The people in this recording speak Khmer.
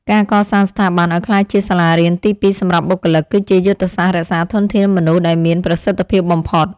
ការកសាងស្ថាប័នឱ្យក្លាយជាសាលារៀនទីពីរសម្រាប់បុគ្គលិក គឺជាយុទ្ធសាស្ត្ររក្សាធនធានមនុស្សដែលមានប្រសិទ្ធភាពបំផុត។